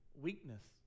Weakness